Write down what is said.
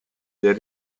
del